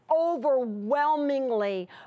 overwhelmingly